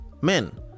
Men